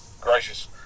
gracious